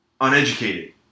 uneducated